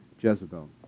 Jezebel